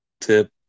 tip